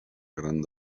gran